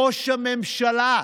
ראש הממשלה,